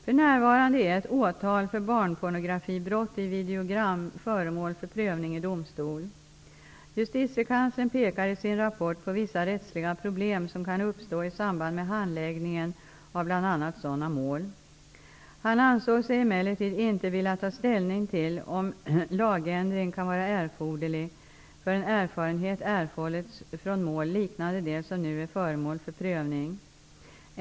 För närvarande är ett åtal för barnpornografibrott i videogram föremål för prövning i domstol. Justitiekanslern pekar i sin rapport på vissa rättsliga problem som kan uppstå i samband med handläggningen av bl.a. sådana mål. Han ansåg sig emellertid inte vilja ta ställning till om lagändring kan vara erforderlig förrän erfarenhet erhållits från mål liknande det som nu är föremål för prövning.